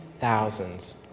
thousands